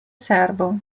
serbo